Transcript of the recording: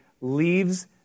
leaves